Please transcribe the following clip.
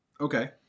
Okay